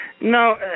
no